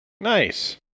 Nice